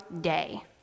Day